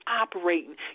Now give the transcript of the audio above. operating